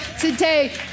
today